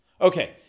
Okay